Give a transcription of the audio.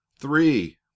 three